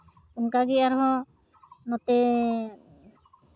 ᱚᱱᱠᱟᱜᱮ ᱟᱨᱦᱚᱸ ᱱᱚᱛᱮ